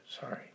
Sorry